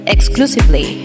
Exclusively